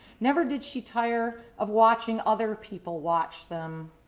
never did she tire of watching other people watch them.